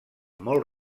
molt